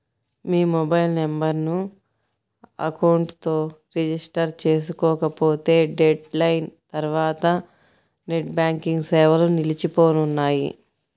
మీ mobile నెంబర్ను account తో register చేసుకోకపోతే డెడ్ లైన్ తర్వాత నెట్ బ్యాంకింగ్ సేవలు నిలిచిపోనున్నాయి